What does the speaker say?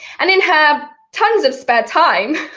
and in her tons of spare time,